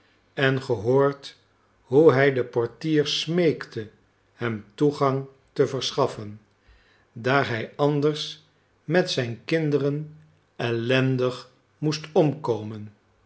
en gehoord hoe hij den portier smeekte hem toegang te verschaffen daar hij anders met zijn kinderen ellendig moest omkomen